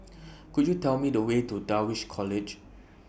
Could YOU Tell Me The Way to Dulwich College